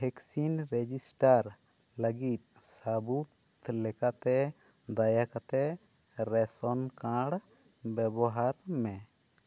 vaccine register ᱞᱟᱹᱜᱤᱫ ᱥᱟᱹᱵᱩᱫ ᱞᱮᱠᱟᱛᱮ ᱫᱟᱭᱟ ᱠᱟᱛᱮᱫ ᱨᱮᱥᱚᱱ ᱠᱟᱨᱰᱲ ᱵᱮᱵᱚᱦᱟᱨ ᱢᱮ